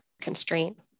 constraint